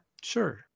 Sure